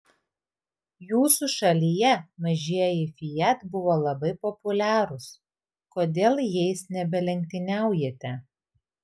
jūsų šalyje mažieji fiat buvo labai populiarūs kodėl jais nebelenktyniaujate